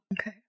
Okay